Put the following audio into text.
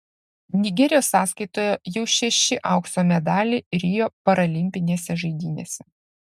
nigerijos sąskaitoje jau šeši aukso medaliai rio paralimpinėse žaidynėse